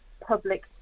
public